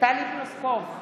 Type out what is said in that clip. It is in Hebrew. טלי פלוסקוב,